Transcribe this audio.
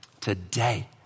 today